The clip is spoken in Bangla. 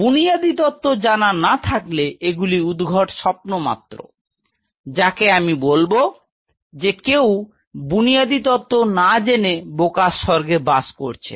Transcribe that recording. বুনিয়াদি তত্ত্ব জানা না থাকলে এগুলি উদ্ভট স্বপ্ন মাত্র যাকে আমি বলব Refer Time 0828 যে কেউ বুনিয়াদি তত্ত্ব না জেনে বোকার স্বর্গে বাস করছে